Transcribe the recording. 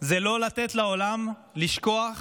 לא לתת לעולם לשכוח